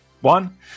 One